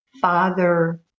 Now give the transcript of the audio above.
father